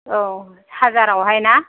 औ हाजाराव हाय ना